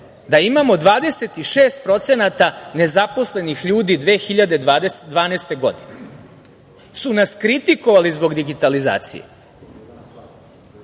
da imamo 26% nezaposlenih ljudi 2012. godine su nas kritikovali zbog digitalizacije